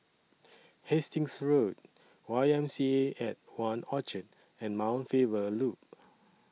Hastings Road Y M C A At one Orchard and Mount Faber Loop